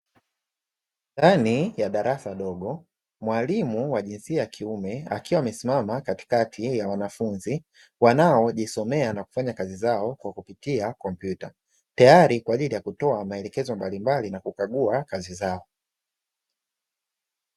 Ndani ya darasa dogo mwalimu wa jinsia ya kiume akiwa amesimama katikati ya wanafunzi wanaojisomea na kufanya kazi zao kwa kupitia kompyuta, tayari kwa ajili ya kutoa maelekezo mbalimbali na kukagua kazi zao.